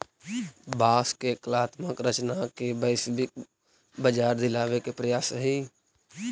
बाँस के कलात्मक रचना के वैश्विक बाजार दिलावे के प्रयास हई